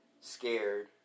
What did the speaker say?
scared